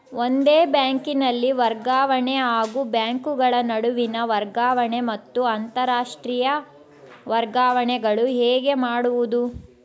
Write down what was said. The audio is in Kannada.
ಒಂದೇ ಬ್ಯಾಂಕಿನಲ್ಲಿ ವರ್ಗಾವಣೆ ಹಾಗೂ ಬ್ಯಾಂಕುಗಳ ನಡುವಿನ ವರ್ಗಾವಣೆ ಮತ್ತು ಅಂತರಾಷ್ಟೇಯ ವರ್ಗಾವಣೆಗಳು ಹೇಗೆ ಮಾಡುವುದು?